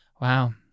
Wow